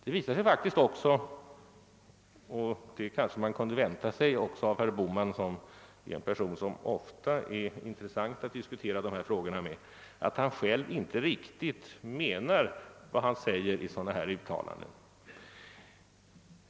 Det visar sig faktiskt också, vilket man kanske kunde förvänta sig av herr Bohman som ofta är en person som det är intressant att diskutera dessa frågor med, att han själv inte riktigt menar vad han säger i sådana här uttalanden.